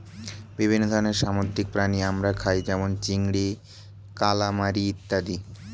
বিভিন্ন ধরনের সামুদ্রিক প্রাণী আমরা খাই যেমন চিংড়ি, কালামারী ইত্যাদি